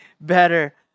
better